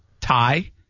tie